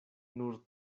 nur